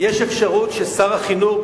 יש אפשרות ששר החינוך,